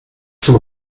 zum